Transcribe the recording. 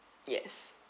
yes